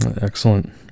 Excellent